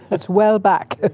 that's well back. ah